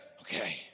Okay